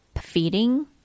feeding